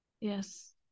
yes